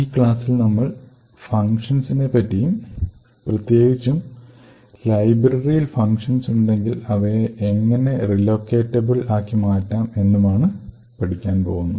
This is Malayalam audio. ഈ ക്ലാസ്സിൽ നമ്മൾ ഫങ്ഷൻസിനെപ്പറ്റിയും പ്രത്യേകിച്ചും ലൈബ്രറിയിൽ ഫങ്ഷൻസ് ഉണ്ടെങ്കിൽ അവയെ എങ്ങിനെ റീലൊക്കേറ്റബിൾ ആക്കിമാറ്റാം എന്നുമാണ് പഠിക്കാൻ പോകുന്നത്